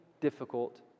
difficult